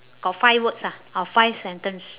got five words ah or five sentence